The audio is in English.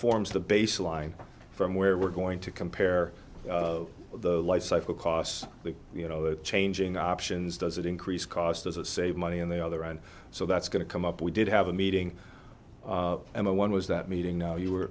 forms the baseline from where we're going to compare the lifecycle costs you know the changing options does it increase cost as a save money in the other and so that's going to come up we did have a meeting and the one was that meeting now you were